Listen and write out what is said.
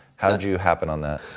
how did you happen on that?